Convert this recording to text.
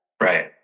Right